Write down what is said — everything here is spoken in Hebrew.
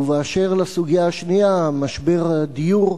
ובאשר לסוגיה השנייה, משבר הדיור,